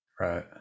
Right